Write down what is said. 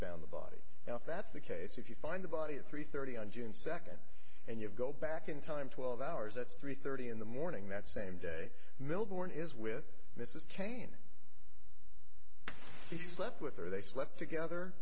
found the body and if that's the case if you find a body at three thirty on june second and you go back in time twelve hours at three thirty in the morning that same day milbourne is with mrs cain he slept with her they slept together